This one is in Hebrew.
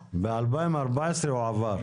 ב-2014 הוא עבר.